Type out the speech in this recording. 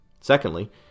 Secondly